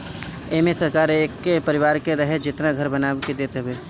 एमे सरकार एक परिवार के रहे जेतना घर बना के देत हवे